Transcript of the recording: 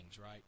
right